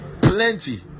plenty